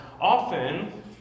often